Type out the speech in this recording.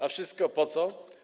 A wszystko po co?